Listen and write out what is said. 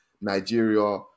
Nigeria